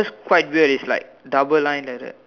quite weird it's like double line like that